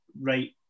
right